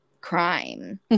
crime